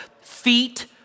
feet